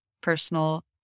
personal